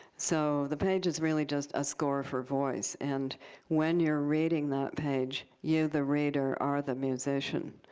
so the page is really just a score for voice. and when you're reading that page, you, the reader, are the musician.